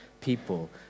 people